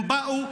הם באו,